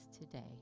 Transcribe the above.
today